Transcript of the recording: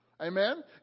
Amen